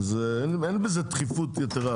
אין בזה דחיפות יתרה,